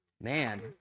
Man